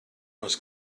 was